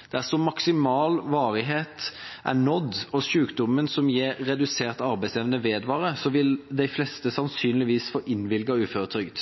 på uføretrygden. Dersom maksimal varighet er nådd, og sykdommen som gir redusert arbeidsevne vedvarer, vil de fleste sannsynligvis få innvilget uføretrygd.